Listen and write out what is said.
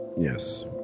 Yes